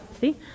See